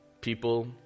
people